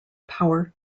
power